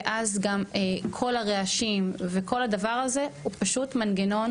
ואז גם כל הרעשים וכל הדבר הזה הוא פשוט מנגנון